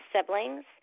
siblings